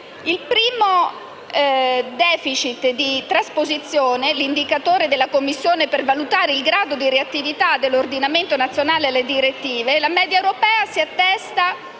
Sul primo *deficit* di trasposizione, l'indicatore della Commissione per valutare il grado di reattività dell'ordinamento nazionale alle direttive, la media europea si attesta